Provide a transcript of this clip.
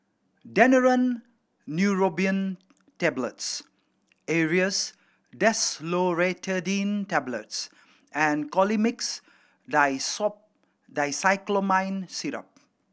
Daneuron Neurobion Tablets Aerius DesloratadineTablets and Colimix Dicyclomine Syrup